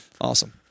Awesome